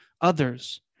Others